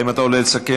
האם אתה עולה לסכם?